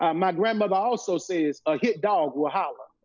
um my grandmather also says, a hit dog will holler.